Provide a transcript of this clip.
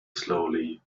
slowly